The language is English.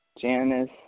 Janice